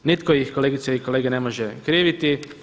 Nitko ih kolegice i kolege ne može kriviti.